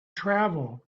travel